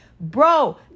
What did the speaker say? Bro